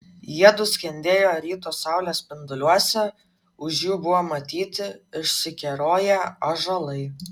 jiedu skendėjo ryto saulės spinduliuose už jų buvo matyti išsikeroję ąžuolai